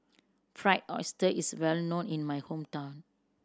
Fried Oyster is well known in my hometown